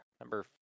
number